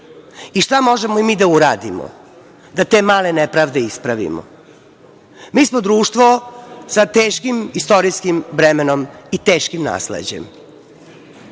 Šta možemo mi da uradimo da te male nepravde ispravimo? Mi smo društvo sa teškim istorijskim bremenom i teškim nasleđem